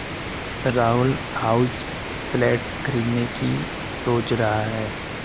Rahul houseplant खरीदने की सोच रहा है